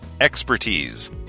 Expertise